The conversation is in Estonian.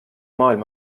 maailm